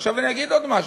עכשיו אני אגיד עוד משהו.